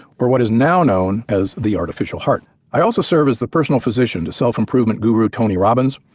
or what is now known as the artificial heart. i also serve as the personal physician to self-improvement guru tony robbins,